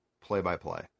play-by-play